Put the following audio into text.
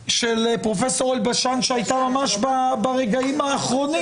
פרופ' אלבשן שהייתה ממש ברגעים האחרונים,